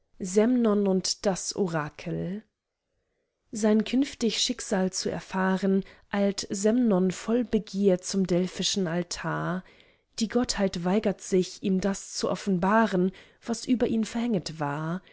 und das orakel sein künftig schicksal zu erfahren eilt semnon voll begier zum delphischen altar die gottheit weigert sich ihm das zu offenbaren was über ihn verhänget war